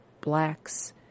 blacks